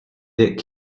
dick